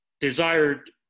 desired